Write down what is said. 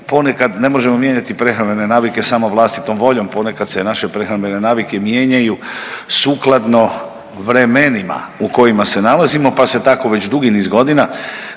ponekad ne možemo mijenjati prehrambene navike samo vlastitom voljom, ponekad se naše prehrambene navike mijenjaju sukladno vremenima u kojima se nalazimo, pa se tako već dugi niz godina